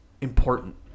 important